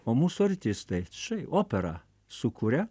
o mūsų artistai štai opera su kuria